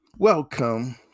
Welcome